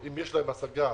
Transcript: אם יש להם הסגה